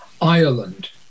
Ireland